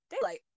daylight